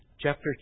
Chapter